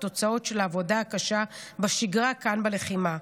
התוצאות של העבודה הקשה בשגרה כאן בלחימה,